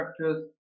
structures